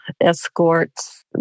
escorts